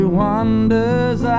wanders